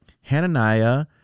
Hananiah